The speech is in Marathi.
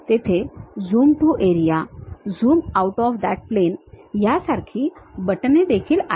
तेथे Zoom to Area zoom out of that plane यासारखी बटणे देखील आहेत